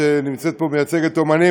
שנמצאת פה ומייצגת אמנים,